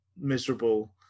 miserable